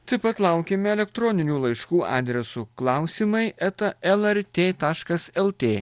taip pat laukiame elektroninių laiškų adresu klausimai eta lrt taškas lt